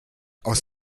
aus